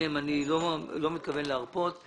אני לא מתכוון להרפות.